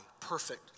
perfect